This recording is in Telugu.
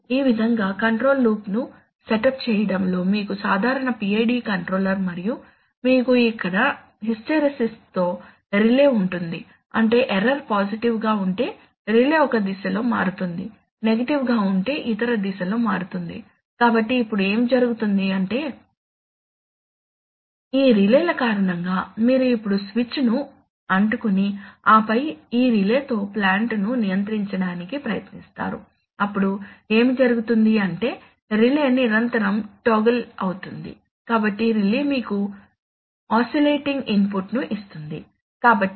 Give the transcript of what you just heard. ఈ విధంగా కంట్రోల్ లూప్ను సెటప్ చేయడంలో మీకు సాధారణ PID కంట్రోలర్ మరియు మీకు ఇక్కడ హిస్టెరిసిస్తో రిలే ఉందిఅంటే ఎర్రర్ పాజిటివ్ గా ఉంటే రిలే ఒక దిశలో మారుతుంది నెగటివ్ గా ఉంటే ఇతర దిశలో మారుతుంది కాబట్టి ఇప్పుడు ఏమి జరుగుతుంది అంటే ఈ రిలేల కారణంగా మీరు ఇప్పుడు స్విచ్ను అంటుకుని ఆపై ఈ రిలేతో ప్లాంట్ ను నియంత్రించడానికి ప్రయత్నిస్తుంది అప్పుడు ఏమి జరుగుతుంది అంటే రిలే నిరంతరం టోగుల్ అవుతుంది కాబట్టి రిలే మీకు ఆసిలేటింగ్ ఇన్పుట్ ను ఇస్తుంది